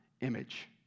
image